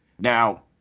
now